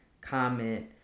comment